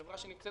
חברה שנמצאת